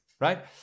right